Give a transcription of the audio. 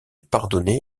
pardonner